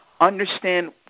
understand